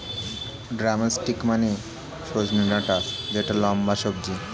drumstick মানে সজনে ডাটা যেটা লম্বা সবজি